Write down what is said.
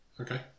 okay